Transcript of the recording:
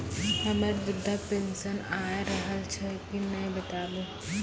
हमर वृद्धा पेंशन आय रहल छै कि नैय बताबू?